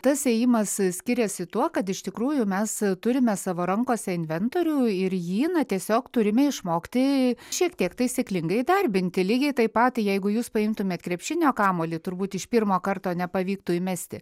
tas ėjimas skiriasi tuo kad iš tikrųjų mes turime savo rankose inventorių ir jį na tiesiog turime išmokti šiek tiek taisyklingai įdarbinti lygiai taip pat jeigu jūs paimtumėt krepšinio kamuolį turbūt iš pirmo karto nepavyktų įmesti